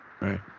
Right